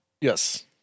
Yes